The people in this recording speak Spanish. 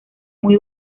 muy